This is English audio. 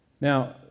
Now